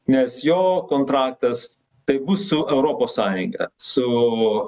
nes jo kontraktas tai bus su europos sąjunga su